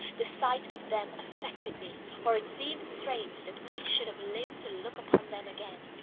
the sight of them affected me, for it seemed strange that we should have lived to look upon them again.